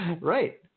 Right